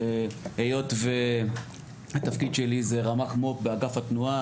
והיות התפקיד שלי זה רמ"ח מו"פ באגף התנועה,